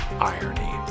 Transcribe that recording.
Irony